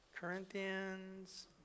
Corinthians